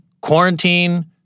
quarantine